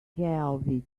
care